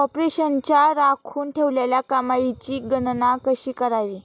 कॉर्पोरेशनच्या राखून ठेवलेल्या कमाईची गणना कशी करावी